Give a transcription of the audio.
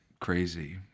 crazy